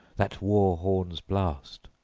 that war-horn's blast.